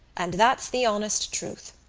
and that's the honest truth.